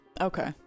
Okay